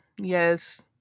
yes